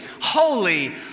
holy